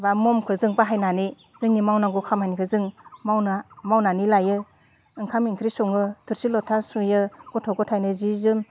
बा म'मखौ जों बाहायनानै जोंनि मावनांगौ खामानिखौ जों मावनानै लायो ओंखाम ओंख्रि सङो थोरसि लथा सुयो गथ' गथायनि जि जोम